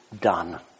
done